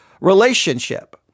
relationship